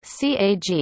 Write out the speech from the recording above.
cag